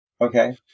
Okay